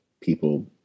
people